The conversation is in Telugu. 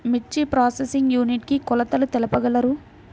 మిర్చి ప్రోసెసింగ్ యూనిట్ కి కొలతలు తెలుపగలరు?